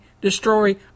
destroy